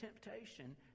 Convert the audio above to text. temptation